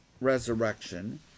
resurrection